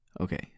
Okay